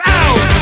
out